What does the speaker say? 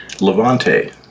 Levante